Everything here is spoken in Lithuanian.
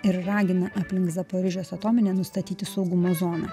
ir ragina aplink zaporižės atominę nustatyti saugumo zoną